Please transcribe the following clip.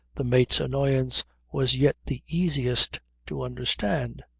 the mate's annoyance was yet the easiest to understand.